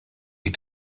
sie